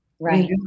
Right